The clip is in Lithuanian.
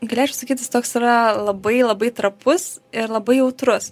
galėčiau sakyt jis toks yra labai labai trapus ir labai jautrus